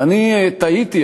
ואני תהיתי,